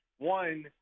One